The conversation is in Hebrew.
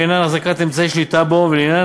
לעניין החזקת אמצעי שליטה בו ולעניין